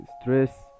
stress